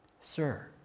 Sir